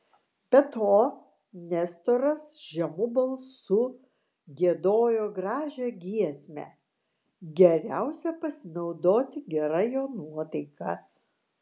be to nestoras žemu balsu giedojo gražią giesmę geriausia pasinaudoti gera jo nuotaika